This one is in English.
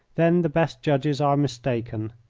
then the best judges are mistaken.